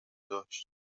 داشت